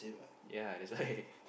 yeah that's why